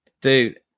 Dude